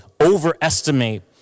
overestimate